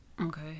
Okay